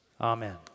amen